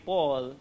Paul